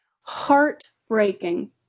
heartbreaking